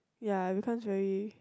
ya because very